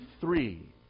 three